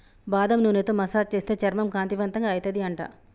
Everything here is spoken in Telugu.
బాదం నూనెతో మసాజ్ చేస్తే చర్మం కాంతివంతంగా అయితది అంట